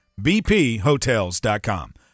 bphotels.com